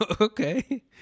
Okay